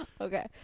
Okay